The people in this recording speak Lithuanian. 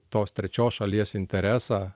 tos trečios šalies interesą